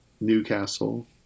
Newcastle